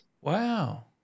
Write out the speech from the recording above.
Wow